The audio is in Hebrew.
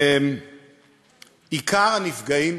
עיקר הנפגעים